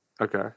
Okay